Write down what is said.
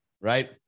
right